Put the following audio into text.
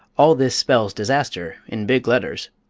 all this spells disaster, in big letters,